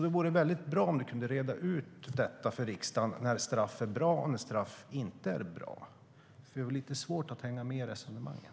Det vore bra om vi kunde reda ut för riksdagen när straff är bra och när straff inte är bra. Det är lite svårt att hänga med i resonemanget.